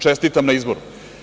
Čestitam na izboru.